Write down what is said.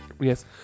Yes